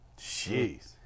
Jeez